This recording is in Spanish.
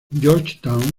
georgetown